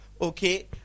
okay